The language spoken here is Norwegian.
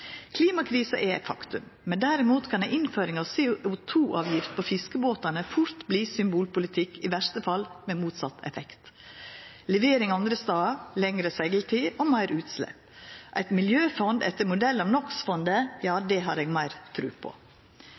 Klimakrisa er eit faktum, men derimot kan ei innføring av ei CO2-avgift på fiskebåtane fort verta symbolpolitikk, i verste fall med motsett effekt, som levering andre stader, lengre segltid og meir utslepp. Eit miljøfond etter modell av NO x -fondet har eg meir tru på.